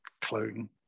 clone